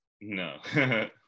no